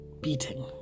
beating